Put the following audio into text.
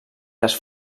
les